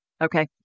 Okay